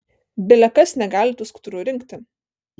bile kas negali tų skudurų rinkti